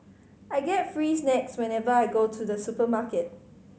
I get free snacks whenever I go to the supermarket